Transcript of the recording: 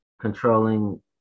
controlling